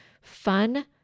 fun